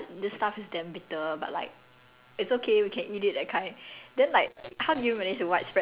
and then he tell other people eat then everyone go through the same process then the whole village is like !wah! this stuff is damn bitter but like